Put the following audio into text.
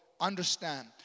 understand